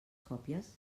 còpies